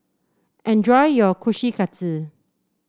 enjoy your Kushikatsu